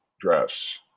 dress